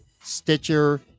Stitcher